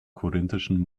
korinthischen